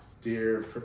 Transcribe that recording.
dear